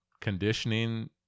Conditioning